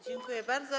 Dziękuję bardzo.